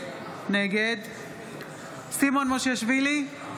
נגד סימון מושיאשוילי,